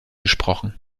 gesprochen